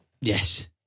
Yes